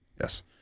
Yes